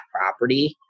property